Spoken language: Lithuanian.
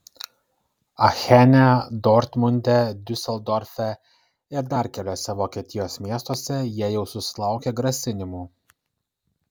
achene dortmunde diuseldorfe ir dar keliuose vokietijos miestuose jie jau susilaukė grasinimų